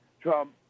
Trump